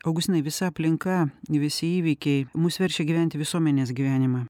augustinai visa aplinka visi įvykiai mus verčia gyventi visuomenės gyvenimą